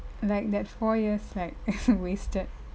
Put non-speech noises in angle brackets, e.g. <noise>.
like that four years right <laughs> wasted